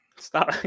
Stop